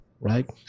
right